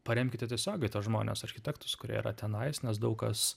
paremkite tiesiogiai tuos žmones architektus kurie yra tenais nes daug kas